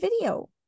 video